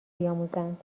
بیاموزند